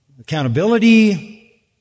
Accountability